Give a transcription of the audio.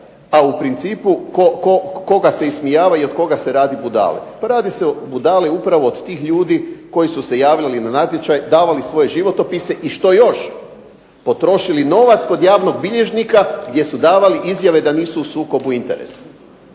a u principu koga se ismijava i od koga se radi budale. Pa radi se budale upravo od tih ljudi koji su se javili na natječaj, davali svoje životopise. I što još? Potrošili novac kod javnog bilježnika jer su davali izjave da nisu u sukobu interesa.